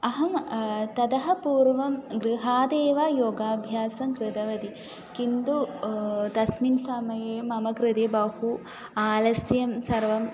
अहं ततः पूर्वं गृहादेव योगाभ्यासं कृतवती किन्तु तस्मिन् समये मम कृते बहु आलस्यं सर्वम्